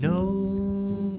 no